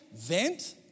vent